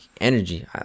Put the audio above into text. energy